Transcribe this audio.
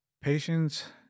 patience